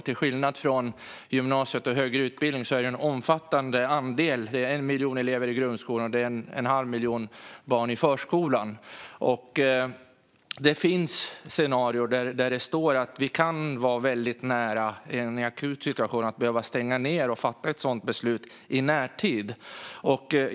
Till skillnad från i gymnasiet och den högre utbildningen rör det sig om en omfattande andel av befolkningen - 1 miljon elever i grundskolan och en halv miljon barn i förskolan. Det finns scenarier där vi i en akut situation kan vara väldigt nära att behöva fatta ett beslut om att stänga i närtid.